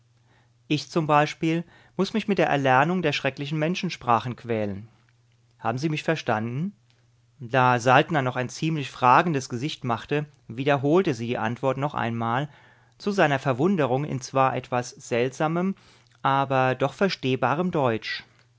ich zum beispiel muß mich mit der erlernung der schrecklichen menschensprachen quälen haben sie mich verstanden da saltner noch ein ziemlich fragendes gesicht machte wiederholte sie die antwort noch einmal zu seiner verwunderung in zwar etwas seltsamem aber doch verstehbarem deutsch